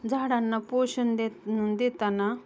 झाडांना पोषण देत देताना